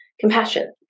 compassion